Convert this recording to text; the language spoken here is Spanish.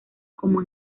como